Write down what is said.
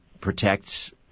protect